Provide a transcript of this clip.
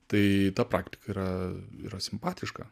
tai ta praktika yra yra simpatiška